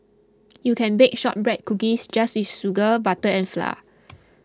you can bake Shortbread Cookies just with sugar butter and flour